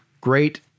Great